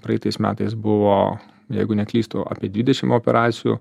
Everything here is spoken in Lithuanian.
praeitais metais buvo jeigu neklystu apie dvidešim operacijų